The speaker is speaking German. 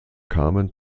kamen